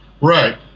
Right